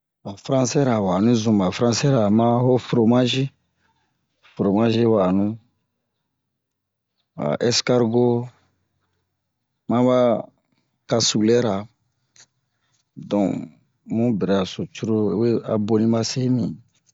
Ba fransɛra wa onni zun ba fransɛra ma ho foromazi foromazi wa'anu ba eskargo ma ba kasulɛra don mu bera so cururu we a boni ba se mi